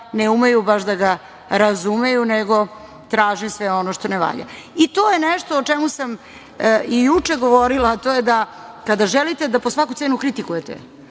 ne umeju baš da ga razumeju, nego traže sve ono što ne valja. To je nešto o čemu sam i juče govorila, a to je da kada želite da po svaku cenu kritikujete,